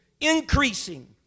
increasing